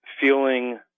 feeling